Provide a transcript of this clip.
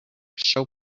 show